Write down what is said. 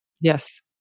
Yes